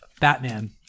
Batman